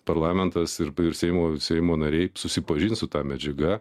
parlamentas ir seimo seimo nariai susipažins su ta medžiaga